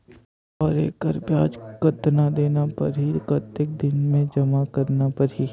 और एकर ब्याज कतना देना परही कतेक दिन मे जमा करना परही??